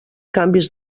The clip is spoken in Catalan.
canvis